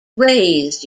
raised